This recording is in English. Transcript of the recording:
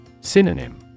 Synonym